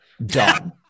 Done